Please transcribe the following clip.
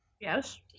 Yes